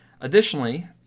Additionally